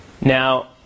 Now